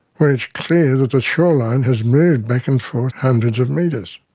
where it's clear that the shoreline has moved back and forth hundreds of metres.